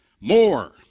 more